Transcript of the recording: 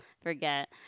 forget